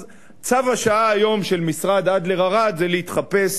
אז צו השעה היום של משרד אדלר-ארד זה להתחפש